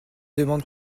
demande